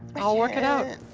i'll work it out.